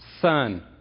son